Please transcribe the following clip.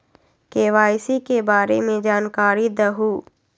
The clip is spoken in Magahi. के.वाई.सी के बारे में जानकारी दहु?